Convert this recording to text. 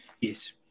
Yes